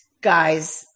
guys